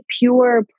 pure